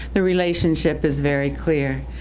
the relationship is very clear.